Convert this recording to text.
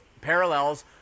parallels